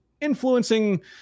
influencing